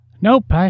Nope